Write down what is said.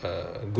mm